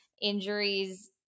Injuries